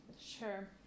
Sure